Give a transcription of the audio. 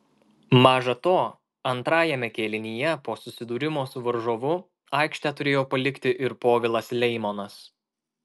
maža to antrajame kėlinyje po susidūrimo su varžovu aikštę turėjo palikti ir povilas leimonas